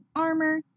armor